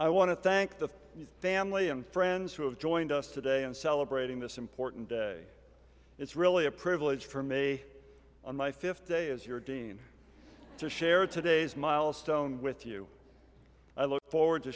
i want to thank the family and friends who have joined us today in celebrating this important day it's really a privilege from a on my fifth day as your dean to share today's milestone with you i look forward to